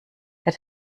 der